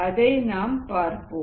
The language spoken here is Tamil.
அதை நாம் பார்ப்போம்